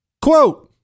Quote